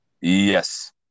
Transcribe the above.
Yes